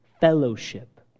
fellowship